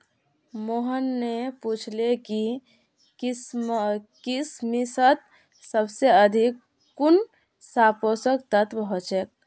मोहन ने पूछले कि किशमिशत सबसे अधिक कुंन सा पोषक तत्व ह छे